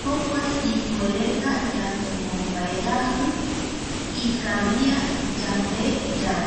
jokua ipuereta yanemombaaeraji ikavia yande yave